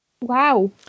wow